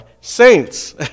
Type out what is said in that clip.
saints